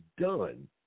done